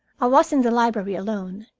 i was in the library alone,